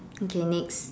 okay next